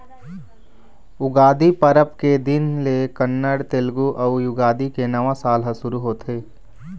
उगादी परब के दिन ले कन्नड़, तेलगु अउ युगादी के नवा साल ह सुरू होथे